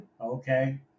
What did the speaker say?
Okay